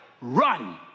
run